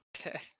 Okay